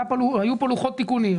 היו כאן לוחות תיקונים.